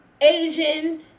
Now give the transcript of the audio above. asian